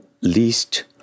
least